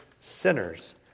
sinners